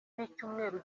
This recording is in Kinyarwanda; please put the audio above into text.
z’icyumweru